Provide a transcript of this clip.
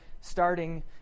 starting